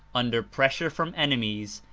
under pressure from enemies,